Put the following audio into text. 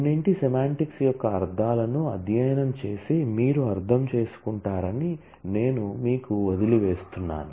కొన్నింటి సెమాంటిక్స్ యొక్క అర్థాలను అధ్యయనం చేసి మీరు అర్థం చేసుకుంటారని నేను మీకు వదిలివేస్తున్నాను